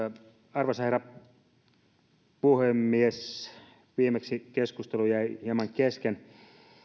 arvoisa herra puhemies viimeksi keskustelu jäi hieman kesken